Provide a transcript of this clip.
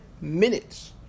minutes